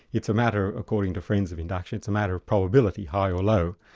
it's a matter, according to friends of induction, it's a matter of probability, high or low.